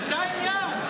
זה העניין.